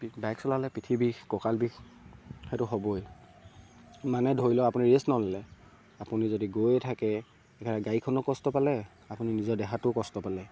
bike চলালে পিঠি বিষ কঁকাল বিষ সেইটো হ'বই মানে ধৰি লওক আপুনি ৰেষ্ট নল'লে আপুনি যদি গৈ থাকে সেইকাৰণে গাড়ীখনো কষ্ট পালে আপুনি নিজৰ দেহাটোও কষ্ট পালে